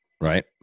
Right